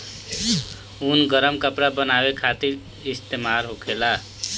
ऊन गरम कपड़ा बनावे खातिर इस्तेमाल होखेला